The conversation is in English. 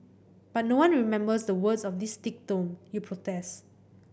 but no one remembers the words of this thick tome you protest